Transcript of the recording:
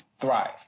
Thrive